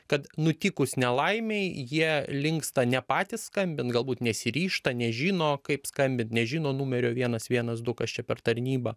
kad nutikus nelaimei jie linksta ne patys skambint galbūt nesiryžta nežino kaip skambint nežino numerio vienas vienas du kas čia per tarnyba